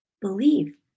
Believe